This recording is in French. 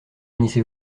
finissez